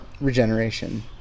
regeneration